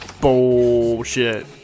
Bullshit